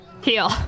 heal